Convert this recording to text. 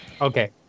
Okay